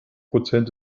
prozent